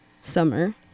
summer